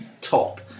top